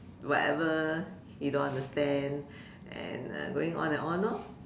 whatever he don't understand and uh going on and on lor